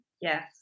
Yes